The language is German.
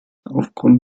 aufgrund